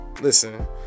Listen